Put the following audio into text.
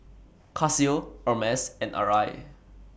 Casio Hermes and Arai